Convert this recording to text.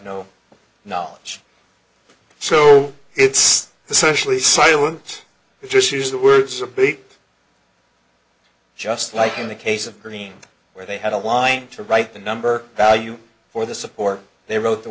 no knowledge so it's the socially silent they just use the words a big just like in the case of green where they had a line to write the number value for the support they wrote the